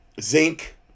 zinc